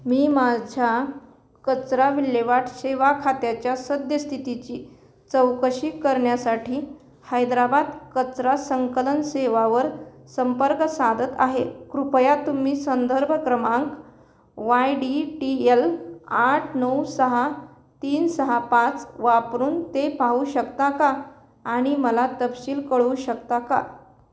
मी माझ्या कचरा विल्हेवाट सेवा खात्याच्या सद्यस्थितीची चौकशी करण्यासाठी हैद्रबाद कचरा संकलन सेवावर संपर्क साधत आहे कृपया तुम्ही संदर्भ क्रमांक वाय डी टी यल आठ नऊ सहा तीन सहा पाच वापरून ते पाहू शकता का आणि मला तपशील कळवू शकता का